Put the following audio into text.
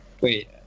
Wait